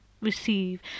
receive